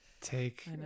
take